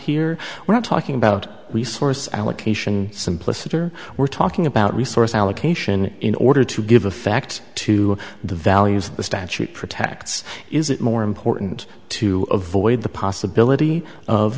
here we're not talking about resources allocation simpliciter we're talking about resource allocation in order to give effect to the value of the statute protects is it more important to avoid the possibility of